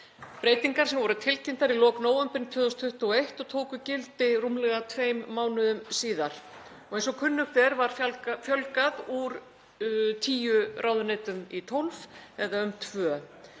breytingar sem voru tilkynntar í lok nóvember 2021 og tóku gildi rúmlega tveimur mánuðum síðar. Eins og kunnugt er var fjölgað úr 10 ráðuneytum í 12, eða um tvö.